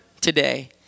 today